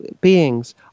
beings